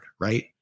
right